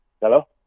hello